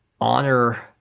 honor